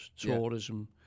tourism